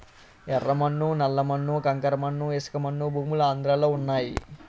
యెర్ర మన్ను నల్ల మన్ను కంకర మన్ను ఇసకమన్ను భూములు ఆంధ్రలో వున్నయి